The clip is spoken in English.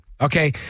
okay